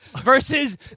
versus